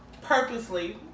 purposely